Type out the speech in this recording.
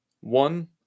one